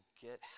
get